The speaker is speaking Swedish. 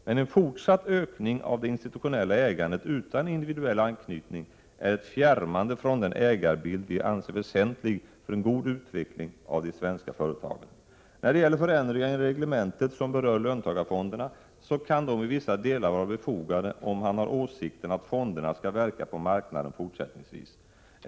Men en fortsatt ökning av det institutionella ägandet utan individuell anknytning är ett fjärmande från den ägarbild vi anser väsentlig för en god utveckling av de svenska företagen. Förändringar i reglementet som berör löntagarfonderna kan i vissa delar vara befogade, om man har åsikten att fonderna skall verka på marknaden fortsättningsvis.